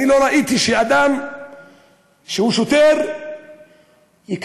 אני לא ראיתי שאדם שהוא שוטר ייקבר,